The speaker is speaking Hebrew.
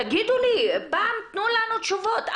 תגידו לי, פעם תנו לנו תשובות.